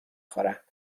خورم